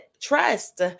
trust